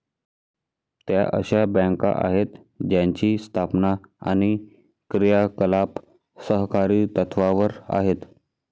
त्या अशा बँका आहेत ज्यांची स्थापना आणि क्रियाकलाप सहकारी तत्त्वावर आहेत